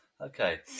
okay